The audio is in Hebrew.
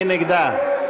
מי נגדה?